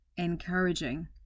encouraging